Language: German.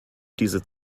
diese